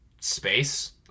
space